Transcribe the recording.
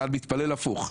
אתה מתפלל הפוך,